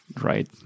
right